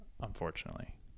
unfortunately